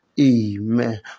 Amen